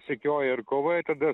sekioja ir kovoja tada